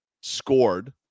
scored